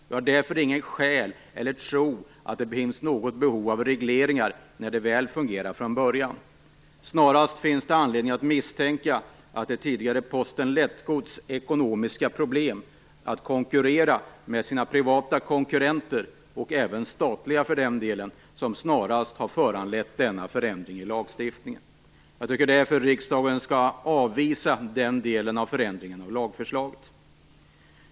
Jag har därför inget skäl att tro att det finns något behov av regleringar när det väl fungerar från början. Snarast finns det anledning att misstänka att det är det tidigare Posten Lättgods ekonomiska problem att konkurrera med sina privata konkurrenter, och även statliga, som har föranlett denna förändring i lagstiftningen. Jag tycker därför att riksdagen skall avvisa den delen av lagförslaget.